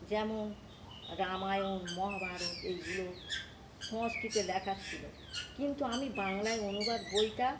যেমন রামায়ণ মহাভারত এইগুলো সংস্কৃতে লেখা ছিল কিন্তু আমি বাংলায় অনুবাদ বইটা